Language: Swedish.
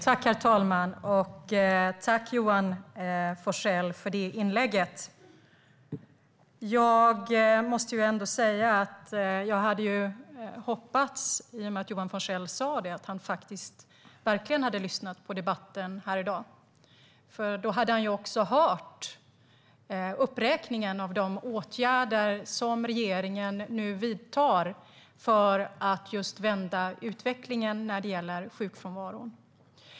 Herr talman! Tack, Johan Forssell, för inlägget! I och med att Johan Forssell sa att han verkligen hade lyssnat på debatten här i dag hade jag ju hoppats att det var så. Då hade han nämligen också hört uppräkningen av de åtgärder som regeringen nu vidtar för att vända utvecklingen när det gäller sjukfrånvaron.